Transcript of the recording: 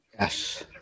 Yes